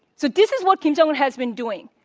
so, this is what kim jong un has been doing,